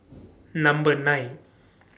Number nine